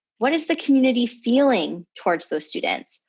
what is the community feeling towards those students?